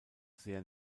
sehr